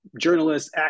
journalists